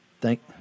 Thank